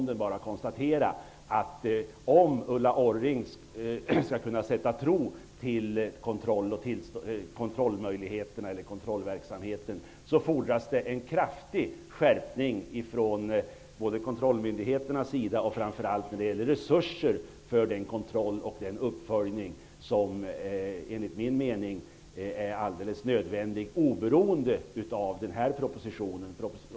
Får jag därför bara konstatera att om Ulla Orring skall kunna sätta sin tilltro till kontrollverksamheten fordras det en kraftig skärpning från kontrollmyndigheternas sida och framför allt när det gäller resurser för den kontroll och uppföljning som enligt min mening är helt nödvändig oberoende av den här propositionen.